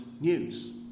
news